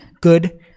good